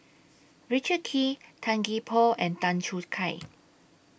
Richard Kee Tan Gee Paw and Tan Choo Kai